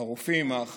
לרופאים, לאחיות,